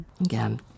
Again